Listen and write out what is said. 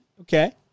Okay